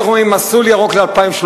איך אומרים, מסלול ירוק ל-2013.